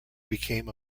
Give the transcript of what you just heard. became